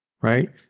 right